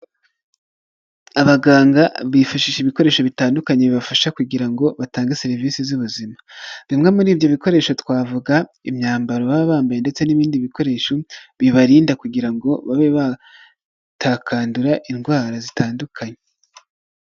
Abaganga bifashisha ibikoresho bitandukanye bibafasha kugira ngo batange serivisi z'ubuzima. Bimwe muri ibyo bikoresho twavuga imyambaro baba bambayeye ndetse n'ibindi bikoresho bibarinda kugira ngo babe batakandura indwara zitandukanye.